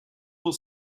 will